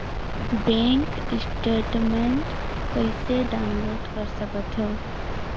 Bank statement कइसे download कर सकथव?